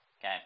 okay